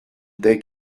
they